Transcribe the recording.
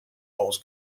holes